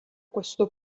questo